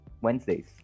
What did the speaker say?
Wednesdays